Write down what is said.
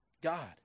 God